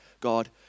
God